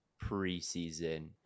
preseason